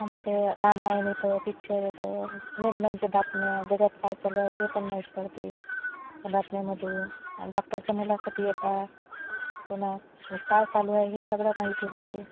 आणि ते रामायण येतं पिक्चर येतं मेन म्हणजे बातम्या जगात काय चालू आहे ते पण माहीत पडते त्या बातम्यामधून डॉक्टरचं मुलाखती येतात पुन्हा काय चालू आहे हे सगळं माहिती होते